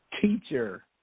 teacher